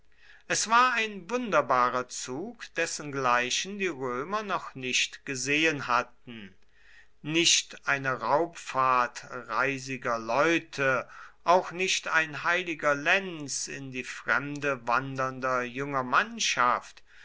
es war ein wunderbarer zug dessengleichen die römer noch nicht gesehen hatten nicht eine raubfahrt reisiger leute auch nicht ein heiliger lenz in die fremde wandernder junger mannschaft